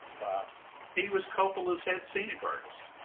ah he was coppola's head scenic artist.